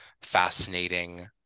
fascinating